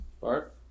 Bart